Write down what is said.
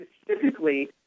specifically